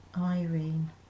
Irene